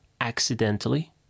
accidentally